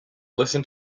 listen